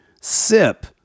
sip